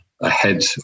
ahead